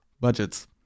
Budgets